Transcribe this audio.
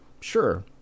Sure